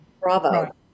bravo